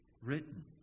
written